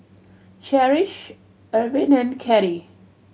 Cherish Irvin and Cathy